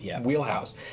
wheelhouse